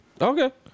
Okay